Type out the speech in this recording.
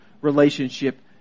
relationship